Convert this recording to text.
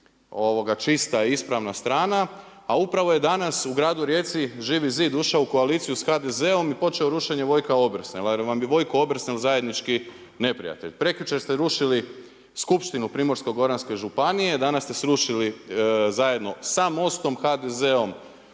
zid čista i ispravna strana. A upravo je danas u gradu Rijeci Živi zid ušao u koaliciju sa HDZ-om i počeo rušenje Vojka Obersnela jer vam je Vojko Obersnel zajednički neprijatelj. Prekjučer ste rušili Skupštinu Primorsko-goranske županije, danas ste srušili zajedno sa MOST-om HDZ-om